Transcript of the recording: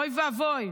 אוי ואבוי,